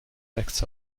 facts